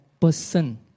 person